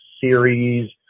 series